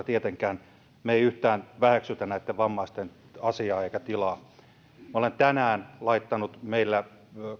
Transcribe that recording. tietenkään yhtään väheksy vammaisten asiaa emmekä tilaa minä olen tänään laittanut meidän